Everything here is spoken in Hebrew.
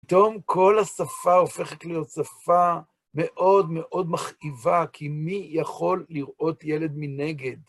פתאום כל השפה הופכת להיות שפה מאוד מאוד מכאיבה, כי מי יכול לראות ילד מנגד?